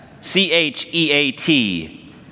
C-H-E-A-T